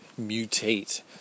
mutate